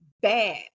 bad